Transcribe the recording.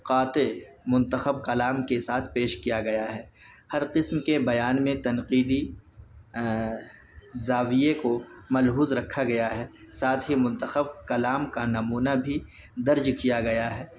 قاطع منتخب کلام کے ساتھ پیش کیا گیا ہے ہر قسم کے بیان میں تنقیدی زاویے کو ملحوظ رکھا گیا ہے ساتھ ہی منتخب کلام کا نمونہ بھی درج کیا گیا ہے